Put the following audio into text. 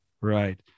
right